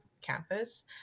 campus